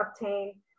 obtain